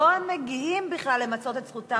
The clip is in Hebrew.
מוותרים באמצע התהליך והם לא מגיעים בכלל למצות את זכותם.